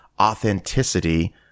authenticity